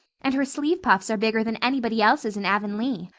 and her sleeve puffs are bigger than anybody else's in avonlea.